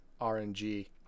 RNG